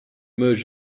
merge